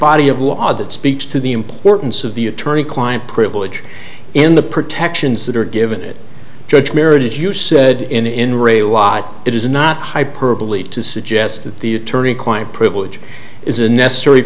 body of law that speaks to the importance of the attorney client privilege in the protections that are given that judge merit as you said in rail it is not hyperbole to suggest that the attorney client privilege is a necessar